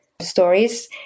stories